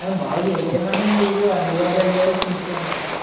మామూలుగా ఏ టైమ్ అంటే మీకు అందుబాటులో అయ్యేదే చూసుకోండి